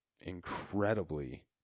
incredibly